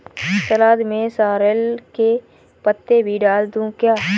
सलाद में सॉरेल के पत्ते भी डाल दूं क्या?